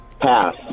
Pass